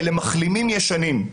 אלה מחלימים ישנים.